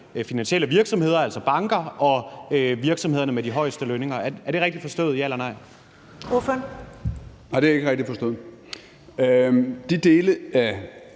finansielle virksomheder, altså banker, og virksomheder med de højeste lønninger? Er det rigtigt forstået, ja eller nej? Kl. 10:33 Første næstformand (Karen